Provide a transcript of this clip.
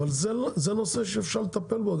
אבל זה נושא שאפשר לטפל בו,